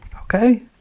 Okay